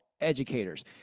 educators